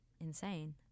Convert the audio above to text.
insane